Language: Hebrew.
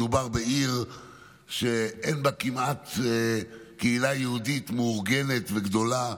מדובר בעיר שאין בה כמעט קהילה יהודית מאורגנת וגדולה.